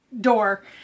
door